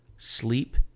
sleep